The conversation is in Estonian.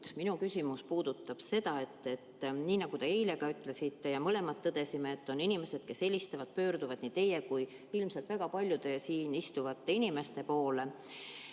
Minu küsimus puudutab seda, et nii nagu te eile ütlesite ja me mõlemad tõdesime, et inimesed helistavad, pöörduvad nii teie poole kui ka ilmselt väga paljude siin saalis istuvate inimeste poole